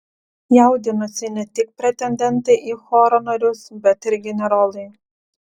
jaudinosi ne tik pretendentai į choro narius bet ir generolai